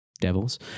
devils